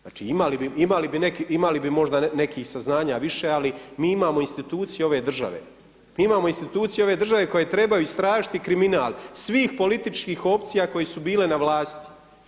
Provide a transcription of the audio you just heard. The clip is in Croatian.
Znači imali bi neki, imali bi možda nekih saznanja više ali mi imamo institucije ove države, mi imamo institucije ove države koje trebaju istražiti kriminal svih političkih opcija koje su bile na vlasti.